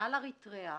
מעל אריתריאה